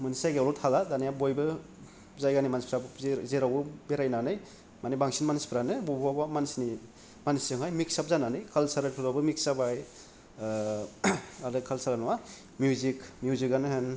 मोनसे जायगायावनो थाला दानिया बयबो जायगानि मानसिफ्रा जेर जेरावबो बेरायनानै मानि बांसिन मानसिफ्रानो बबावबा मानसिनि मानसि जोंहाय मिक्स आप जानानै कालसारेलफोरावबो मिक्स जाबाय आरो कालसारेलल' नङा मिउजिक मिउजिक आनो होन